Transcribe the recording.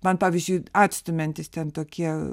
man pavyzdžiui atstumiantys ten tokie